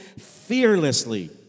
Fearlessly